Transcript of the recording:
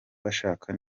bashaka